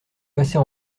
passez